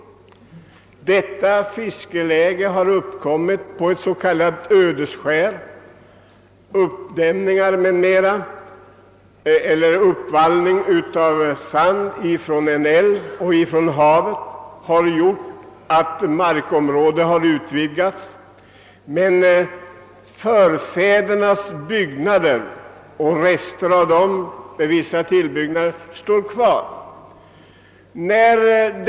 Fiskeläget i fråga har anlagts på ett s.k. ödeskär, som bl.a. utgöres av uppdämningar — uppvallning av sand från en älv och från havet — varigenom markområdet har utvidgats. Förfädernas bostäder och rester av gamla byggnader står kvar — detta visar tillbyggnaderna.